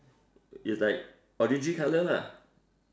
it's like orangey colour lah